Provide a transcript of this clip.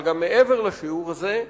אבל גם מעבר לשיעור הזה,